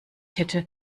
hätte